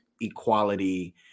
equality